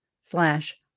slash